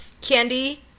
candy